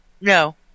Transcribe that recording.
No